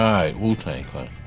i mean wu-tang clan.